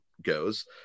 goes